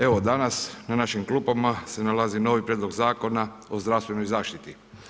Evo, danas na našim klupama se nalazi novi Prijedlog Zakona o zdravstvenoj zaštiti.